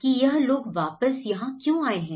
कि यह लोग वापस यहां क्यों आए हैं